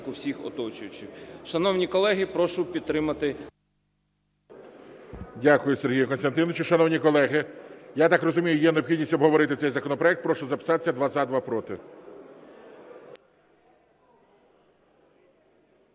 Дякую, Сергій Костянтинович. Шановні колеги, я так розумію, є необхідність обговорити цей законопроект. Прошу записатися: два